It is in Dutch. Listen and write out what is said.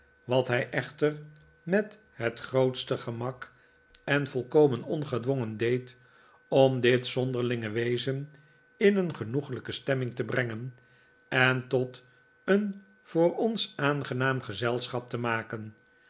wat hij echter met het grootste gemak en volkomen ongedwongen deed om dit zonderlinge wezen in een genoeglijke stemming te brengen en tot een voor ons aangenaam gezelschap te maken